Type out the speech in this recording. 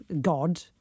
God